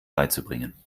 beizubringen